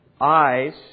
eyes